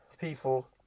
people